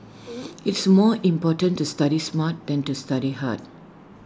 it's more important to study smart than to study hard